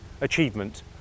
achievement